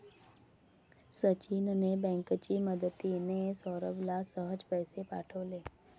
सचिनने बँकेची मदतिने, सौरभला सहज पैसे पाठवले